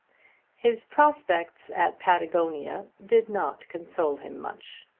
his prospects at patagonia did not console him much.